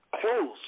close